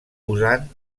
usant